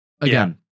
Again